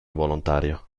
volontario